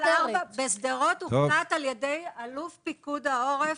בשדרות הוחלט על ידי אלוף פיקוד העורף,